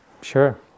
Sure